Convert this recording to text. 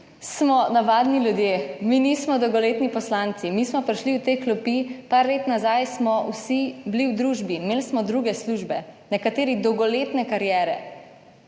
smo navadni ljudje, mi nismo dolgoletni poslanci. Mi smo prišli v te klopi, par let nazaj smo vsi bili v družbi, imeli smo druge službe, nekateri dolgoletne kariere.